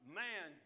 man